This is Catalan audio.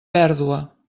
pèrdua